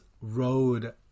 road